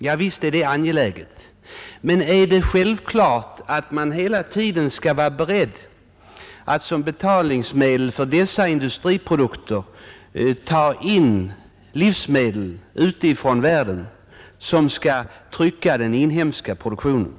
Ja visst är det angeläget, men är det självklart att man hela tiden skall vara beredd att som betalningsmedel för dessa industriprodukter ta in livsmedel utifrån, som skall pressa den inhemska produktionen?